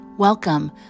Welcome